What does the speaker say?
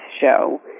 show